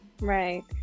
right